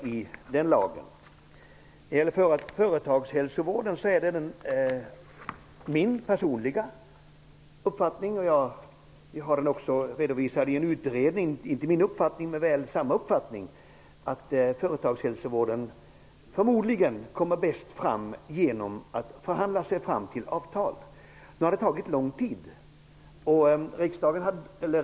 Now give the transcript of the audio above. I en utredning finns redovisat en uppfattning om företagshälsovården som stämmer överens med min uppfattning, nämligen att företagshälsovården blir bäst genom att avtal förhandlas fram.